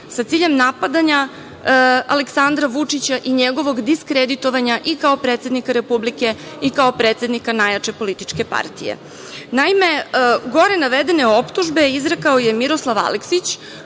sa ciljem napadanja Aleksandra Vučića i njegovog diskreditovanja i kao predsednika Republike i kao predsednika najjače političke partije. Naime, gore navedene optužbe izrekao je Miroslav Aleksić